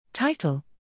Title